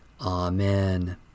Amen